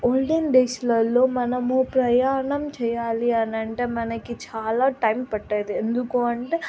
olden డేస్లో మనము ప్రయాణం చేయాలి అనంటే మనకి చాలా టైం పట్టేది ఎందుకు అంటే